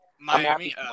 Miami